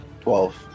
Twelve